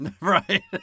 right